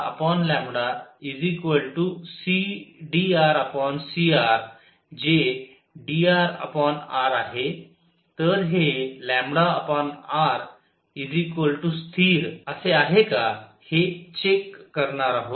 तर हे r स्थिरअसे आहे का हे चेक करणार आहे